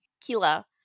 Kila